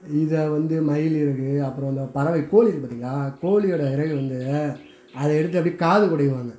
இதை வந்து மயில் இறகு அப்புறம் அந்த பறவை கோழி இருக்குது பார்த்தீங்களா கோழி ஓட இறகை வந்து அதை எடுத்து அப்படியே காது குடையுவாங்க